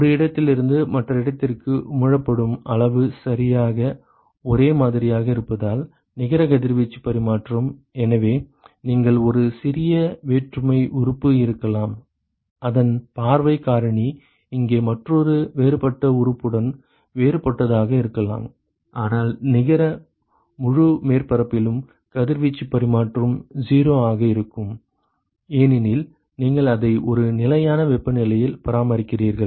ஒரு இடத்திலிருந்து மற்ற இடத்திற்கு உமிழப்படும் அளவு சரியாக ஒரே மாதிரியாக இருப்பதால் நிகர கதிர்வீச்சு பரிமாற்றம் எனவே நீங்கள் ஒரு சிறிய வேற்றுமை உறுப்பு இருக்கலாம் அதன் பார்வைக் காரணி இங்கே மற்றொரு வேறுபட்ட உறுப்புடன் வேறுபட்டதாக இருக்கலாம் ஆனால் நிகர முழு மேற்பரப்பிலும் கதிர்வீச்சு பரிமாற்றம் 0 ஆக இருக்கும் ஏனெனில் நீங்கள் அதை ஒரு நிலையான வெப்பநிலையில் பராமரிக்கிறீர்கள்